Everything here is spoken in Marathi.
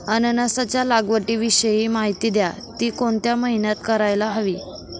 अननसाच्या लागवडीविषयी माहिती द्या, ति कोणत्या महिन्यात करायला हवी?